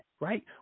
right